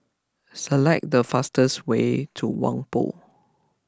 select the fastest way to Whampoa